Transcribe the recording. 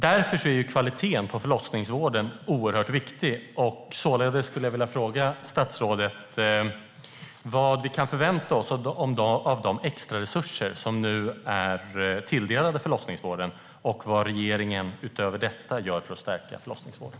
Därför är kvaliteten på förlossningsvården oerhört viktig. Således skulle jag vilja fråga statsrådet vad vi kan förvänta oss av de extraresurser som nu är tilldelade förlossningsvården och vad regeringen utöver detta gör för att stärka förlossningsvården.